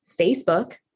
Facebook